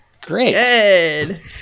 great